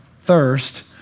thirst